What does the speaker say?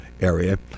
area